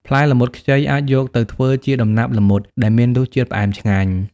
ផ្លែល្មុតខ្ចីអាចយកទៅធ្វើជា ដំណាប់ល្មុត ដែលមានរសជាតិផ្អែមឆ្ងាញ់។